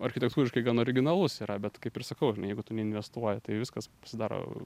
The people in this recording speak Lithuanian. architektūriškai gan originalus yra bet kaip ir sakau jeigu tu neinvestuoji tai viskas pasidaro